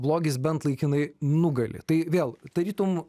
blogis bent laikinai nugali tai vėl tarytum